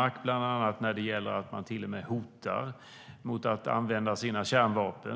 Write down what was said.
Ryssland hotar Danmark med att använda sina kärnvapen